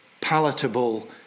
palatable